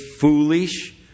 foolish